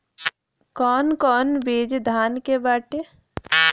कौन कौन बिज धान के बाटे?